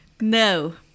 No